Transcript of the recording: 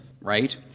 right